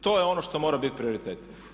To je ono što mora biti prioritet.